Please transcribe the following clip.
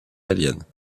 aliens